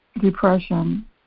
depression